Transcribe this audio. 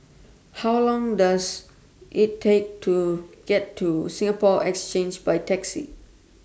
How Long Does IT Take to get to Singapore Exchange By Taxi